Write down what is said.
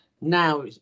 now